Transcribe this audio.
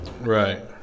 Right